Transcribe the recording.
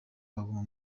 baguma